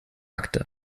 akte